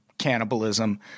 cannibalism